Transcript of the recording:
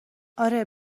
آره